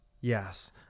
Yes